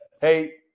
Hey